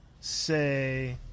say